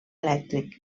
elèctric